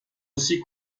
aussi